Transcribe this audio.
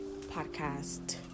podcast